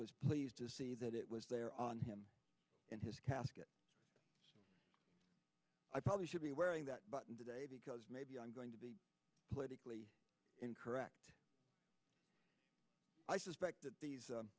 always pleased to see that it was there on him in his casket i probably should be wearing that button today because maybe i'm going to be politically incorrect i suspect that these